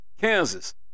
Kansas